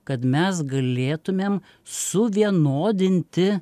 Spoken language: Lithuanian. kad mes galėtumėm suvienodinti